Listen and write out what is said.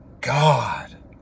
God